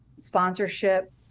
Sponsorship